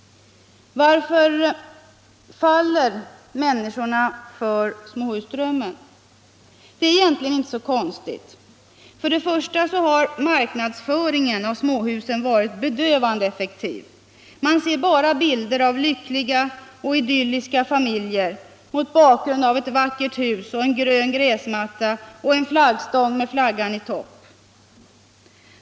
Varför faller människorna för småhusdrömmen? Det är egentligen inte så konstigt. För det första har marknadsföringen av småhusen varit bedövande effektiv. Man ser bara bilder av lyckliga och idylliska familjer mot bakgrund av ett vackert hus, en grön gräsmatta och en flaggstång med flaggan i topp.